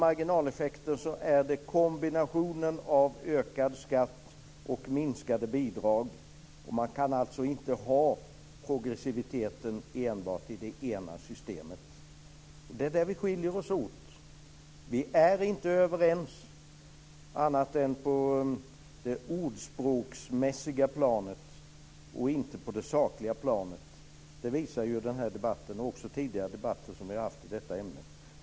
Marginaleffekter handlar om kombinationen av ökad skatt och minskade bidrag. Man kan alltså inte ha progressiviteten enbart i det ena systemet. Det är där vi skiljer oss åt. Vi är bara överens på det ord och språkmässiga planet, inte på det sakliga planet. Det visar den här debatten, och också tidigare debatter som vi har haft i detta ämne.